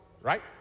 right